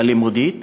הלימודית,